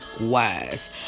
wise